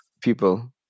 people